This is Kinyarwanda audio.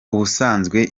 ubusanzwe